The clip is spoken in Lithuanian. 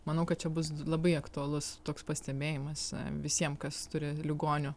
manau kad čia bus labai aktualus toks pastebėjimas visiem kas turi ligonių